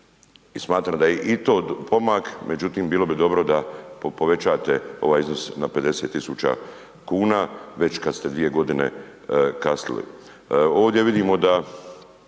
I smatram da je i to pomak, međutim bilo bi dobro da povećate ovaj iznos na 50.000 kuna već kad ste 2 godine kasnili. Ovdje vidimo da